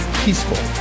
peaceful